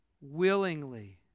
willingly